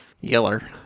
Yeller